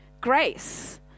grace